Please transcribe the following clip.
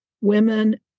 women